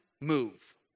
move